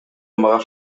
мага